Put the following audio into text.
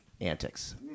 antics